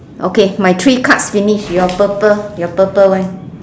okay my three cups finish your purple your purple one